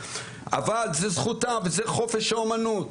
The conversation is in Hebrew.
אבל זה זכותה וזה חופש האומנות.